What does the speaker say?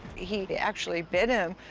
he actually bit him.